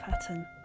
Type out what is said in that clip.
pattern